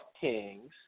kings